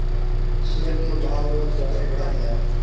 share के भाव रोज घटत बढ़त हअ